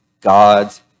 God's